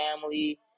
family